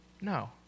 No